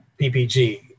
PPG